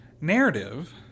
narrative